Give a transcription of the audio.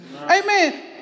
Amen